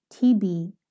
TB